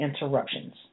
interruptions